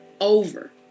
over